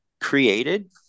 created